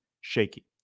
shaky